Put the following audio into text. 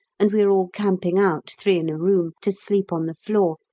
and we are all camping out, three in a room, to sleep on the floor,